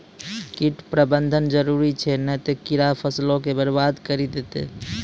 कीट प्रबंधन जरुरी छै नै त कीड़ा फसलो के बरबाद करि देतै